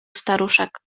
staruszek